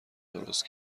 درست